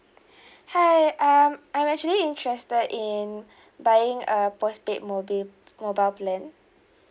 hi um I'm actually interested in buying a post paid mobile mobile plan